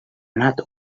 not